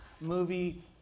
movie